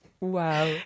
Wow